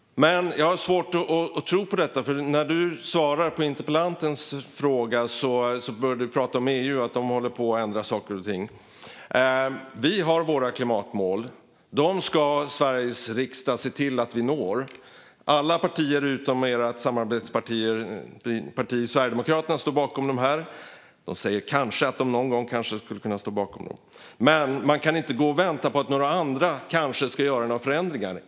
Jag har svårt att tro på detta. När ministern svarar på interpellationen börjar hon prata om att EU håller på och ändrar saker och ting. Men vi har våra klimatmål. Dem ska Sveriges riksdag se till att vi når. Alla partier står bakom de målen, utom ert samarbetsparti Sverigedemokraterna, som säger att de någon gång kanske skulle kunna stå bakom dem. Man kan inte gå och vänta på att några andra kanske ska göra några förändringar.